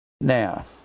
Now